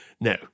no